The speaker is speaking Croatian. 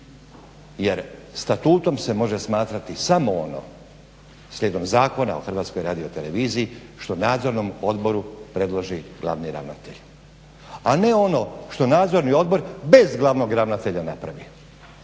jer statutom se može smatrati samo ono slijedom Zakona o HRT-u što Nadzornom odboru predloži glavni ravnatelj, a ne ono što Nadzorni odbor bez glavnog ravnatelja napravi.